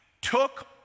took